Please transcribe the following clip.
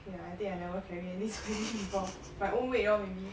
yeah I think I never carry anything so heavy before my own weight lor maybe